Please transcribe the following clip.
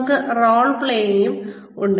നമുക്ക് റോൾ പ്ലേയിംഗും ഉണ്ട്